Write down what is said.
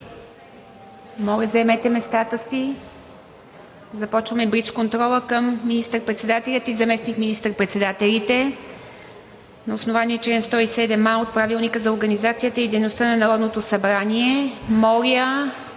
моля, заемете местата си. Започваме блицконтрола към министър-председателя и заместник министър-председателите на основание чл. 107а от Правилника за организацията и дейността на Народното събрание. Моля